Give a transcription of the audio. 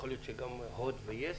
יכול להיות שגם הוט ויס